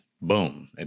boom